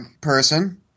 person